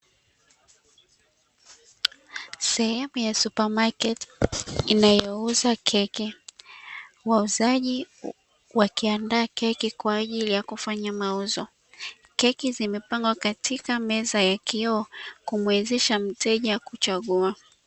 Sehemu ya supamaketi inayouza keki. Wauzaji wakiandaa keki kwa ajili ya kufanya mauzo. Keki zimepangwa katika meza ya kioo kumwezesha mteja kuchagua.